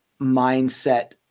mindset